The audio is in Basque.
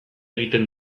egiten